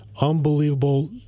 unbelievable